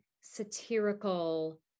satirical